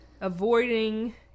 avoiding